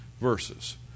verses